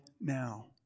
now